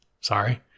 Sorry